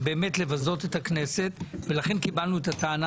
זה באמת לבזות את הכנסת ולכן קיבלנו את הטענה